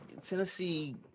Tennessee